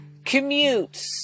commutes